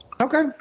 Okay